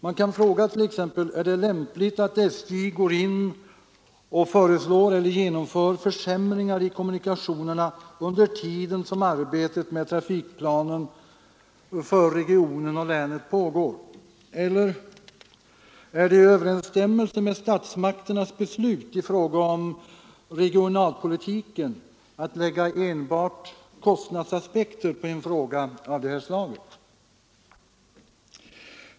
Man kan fråga t.ex.: Är det lämpligt att SJ föreslår eller genomför försämringar i kommunikationerna under tiden som arbetet med trafikplanen för regionen och länet pågår? Är det i överensstämmelse med statmakternas beslut i fråga om regionalpolitiken att lägga enbart kostnadsaspekter på en fråga av det här slaget?